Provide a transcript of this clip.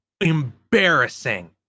embarrassing